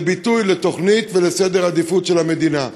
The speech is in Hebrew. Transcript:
הם ביטוי לתוכנית ולסדר עדיפויות של המדינה.